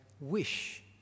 wish